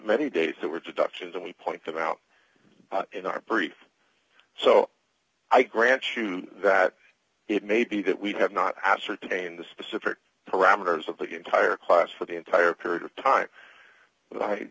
many days that were deductions and we point them out in our brief so i grant you that it may be that we have not ascertained the specific parameters of the entire class for the entire period of time